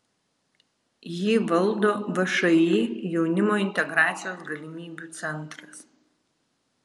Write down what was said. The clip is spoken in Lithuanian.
jį valdo všį jaunimo integracijos galimybių centras